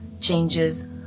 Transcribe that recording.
changes